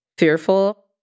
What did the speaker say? fearful